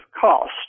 cost